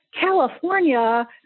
California